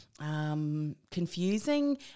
Confusing